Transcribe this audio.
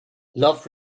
love